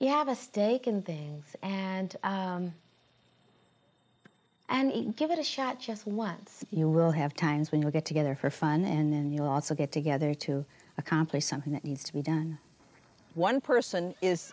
you have a stake in things and and give it a shot just once you will have times when you get together for fun and you also get together to accomplish something that needs to be done one person is